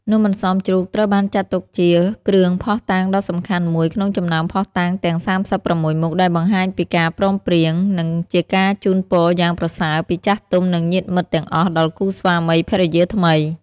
នំអន្សមជ្រូកត្រូវបានចាត់ទុកជា គ្រឿងភ័ស្តុតាងដ៏សំខាន់មួយ ក្នុងចំណោមភ័ស្តុតាងទាំង ៣៦ មុខ ដែលបង្ហាញពីការព្រមព្រៀង និងជាការជូនពរយ៉ាងប្រសើរពីចាស់ទុំ និងញាតិមិត្តទាំងអស់ដល់គូស្វាមីភរិយាថ្មី។